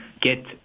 get